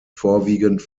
vorwiegend